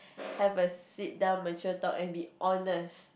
have a sit down mature talk and be honest